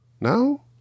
No